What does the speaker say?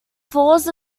falls